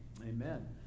Amen